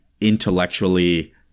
intellectually